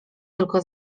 tylko